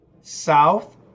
South